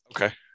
Okay